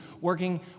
working